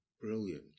brilliant